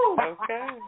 Okay